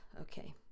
okay